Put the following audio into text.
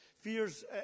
fears